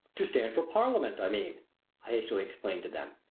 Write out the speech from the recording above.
to stand for parliament, i mean, i hastily explained to them.